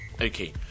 Okay